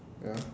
ya